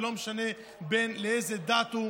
ולא משנה בן לאיזו דת הוא,